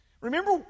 Remember